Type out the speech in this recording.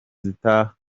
zitaha